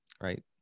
Right